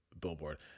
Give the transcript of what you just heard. Billboard